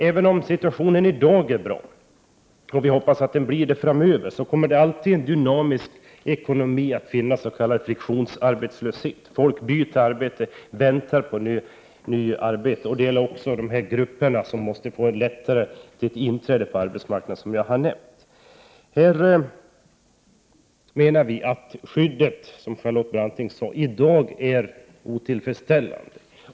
Även om situationen i dag är bra, och vi hoppas att den blir det framöver, kommer det alltid i en dynamisk ekonomi att finnas s.k. friktionsarbetslöshet: folk byter arbete, väntar på nytt arbete och det finns grupper som väntar på inträde på arbetsmarknaden, som jag nämnde förut. Här menar vi att skyddet, som Charlotte Branting påpekade, i dag är otillfredsställande.